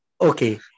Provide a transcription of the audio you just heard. okay